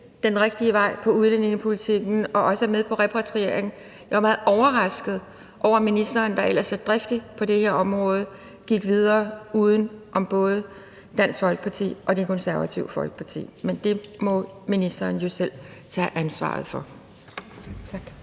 den rigtige vej i udlændingepolitikken og også er med på repatriering. Jeg var meget overrasket over, at ministeren, der ellers er driftig på det her område, gik videre uden om både Dansk Folkeparti og Det Konservative Folkeparti. Men det må ministeren jo selv tage ansvaret for.